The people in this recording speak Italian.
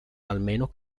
almeno